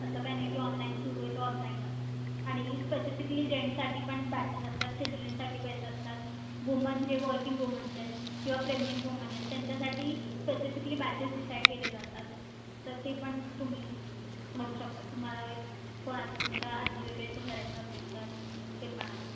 असं काही नाही की ऑनलाईन सुरु आहे तर ऑनलाईनच आणि स्पेसिफिकली जेन्ट्ससाठी पण बॅचेस असतात चिल्ड्रनसाठी बॅच असतात वुमन्स जे वर्किंग वुमन्स आहेत किंवा प्रेग्नेंट वुमन आहेत त्यांच्यासाठी स्पेसिफिकली बॅचेस डिसाईड केले जातात तर ते पण तुम्ही भरू शकता तुम्हाला कोणाचं तुमच्या आजी वगेरेचं भरायचं असेल तर ते पण आहे